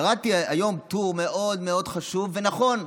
קראתי היום טור מאוד מאוד חשוב ונכון: